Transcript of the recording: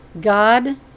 god